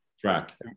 track